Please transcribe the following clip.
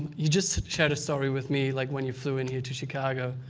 you just shared a story with me like when you flew in here to chicago.